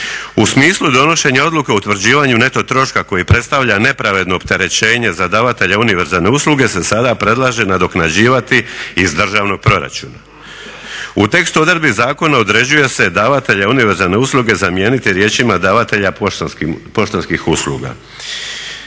U smislu donošenja Odluke o utvrđivanju neto troška koji predstavlja nepravedno opterećenje za davatelje univerzalne usluge se sada predlaže nadoknađivati iz državnog proračuna. U tekstu odredbi zakona određuje se "davatelja univerzalne usluge" zamijeniti riječima "davatelja poštanskih usluga".